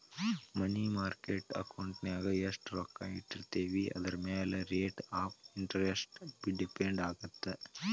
ಮನಿ market ಅಕೌಂಟಿನ್ಯಾಗ ಎಷ್ಟ್ ರೊಕ್ಕ ಇಟ್ಟಿರ್ತೇವಿ ಅದರಮ್ಯಾಲೆ ರೇಟ್ ಆಫ್ ಇಂಟರೆಸ್ಟ್ ಡಿಪೆಂಡ್ ಆಗತ್ತ